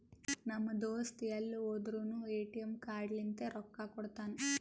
ನಮ್ ದೋಸ್ತ ಎಲ್ ಹೋದುರ್ನು ಎ.ಟಿ.ಎಮ್ ಕಾರ್ಡ್ ಲಿಂತೆ ರೊಕ್ಕಾ ಕೊಡ್ತಾನ್